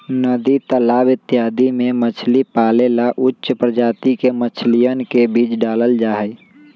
नदी तालाब इत्यादि में मछली पाले ला उच्च प्रजाति के मछलियन के बीज डाल्ल जाहई